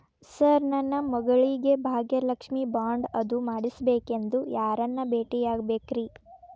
Sir ನನ್ನ ಮಗಳಿಗೆ Bhagyalakshmi bond ಅದು ಮಾಡಿಸಬೇಕೆಂದು ಯಾರನ್ನ ಭೇಟಿಯಾಗಬೇಕ್ರಿ?